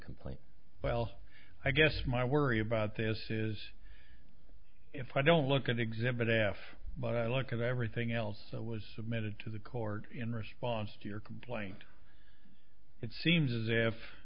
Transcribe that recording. complaint well i guess my worry about this is if i don't look at exhibit af but i look at everything else that was submitted to the court in response to your complaint it seems as if